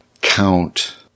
count